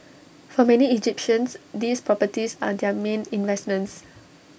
for many Egyptians these properties are their main investments